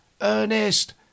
Ernest